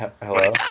Hello